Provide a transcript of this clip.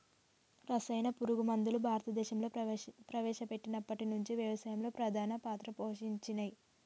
రసాయన పురుగు మందులు భారతదేశంలా ప్రవేశపెట్టినప్పటి నుంచి వ్యవసాయంలో ప్రధాన పాత్ర పోషించినయ్